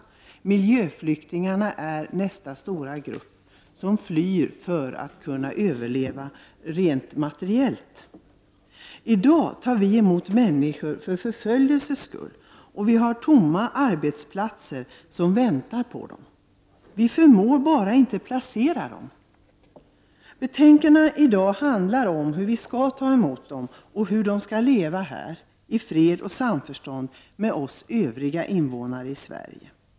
Miljöflyktingarna är nästa stora grupp, som flyr för att kunna överleva rent materiellt. I dag tar vi emot människor på grund av förföljelser mot dem, och vi har arbetsplatser som väntar på dem. Men vi förmår bara inte placera dem. De betänkanden som vi nu behandlar berör frågan hur vi skall ta emot dessa flyktingar och hur de skall leva här i fred och samförstånd med oss övriga invånare i Sverige.